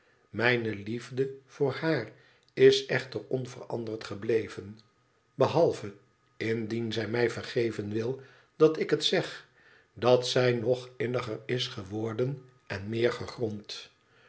mijne liefde voor haar is echter onveranderd gebleven behalve indien zij mij vergeven wil dat ik het zeg dat zij nog inniger is geworden en meer gegrond